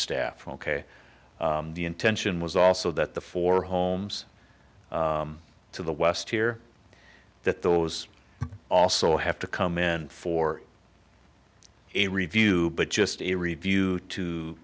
staff ok the intention was also that the four homes to the west here that those also have to come in for a review but just to review t